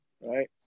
Right